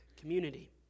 community